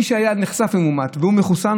מי שנחשף למאומת והוא מחוסן,